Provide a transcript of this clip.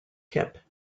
tip